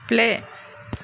play